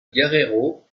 guerrero